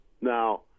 Now